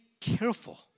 careful